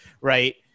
right